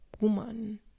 woman